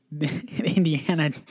Indiana